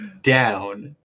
down